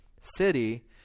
city